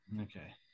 Okay